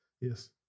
Yes